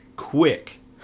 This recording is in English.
quick